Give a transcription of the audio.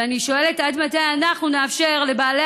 ואני שואלת: עד מתי אנחנו נאפשר לבעלי